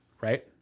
right